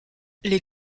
les